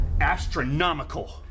astronomical